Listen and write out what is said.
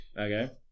Okay